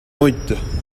brutes